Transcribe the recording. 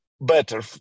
better